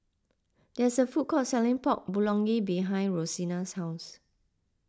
there is a food court selling Pork Bulgogi behind Rosina's house